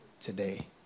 today